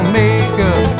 makeup